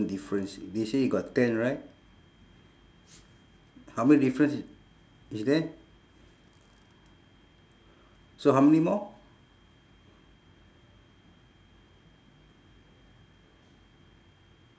difference they say got ten right how many difference is there so how many more